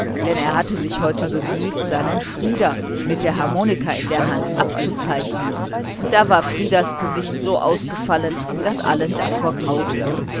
denn er hatte sich heute bemüht seinen frieder mit der harmonika in der hand abzuzeichnen und da war frieders gesicht so ausgefallen daß allen davor graute